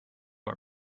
are